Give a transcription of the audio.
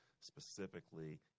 specifically